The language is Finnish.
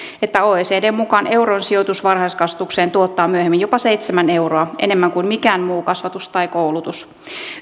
että oecdn mukaan euron sijoitus varhaiskasvatukseen tuottaa myöhemmin jopa seitsemän euroa enemmän kuin mikään muu kasvatus tai koulutus